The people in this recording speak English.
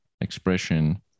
expression